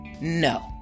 No